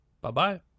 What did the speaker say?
bye-bye